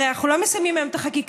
הרי אנחנו לא מסיימים היום את החקיקה,